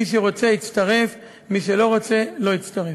מי שרוצה יצטרף ומי שלא רוצה לא יצטרף.